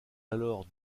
alors